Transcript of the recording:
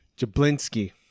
Jablinski